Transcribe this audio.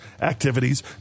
activities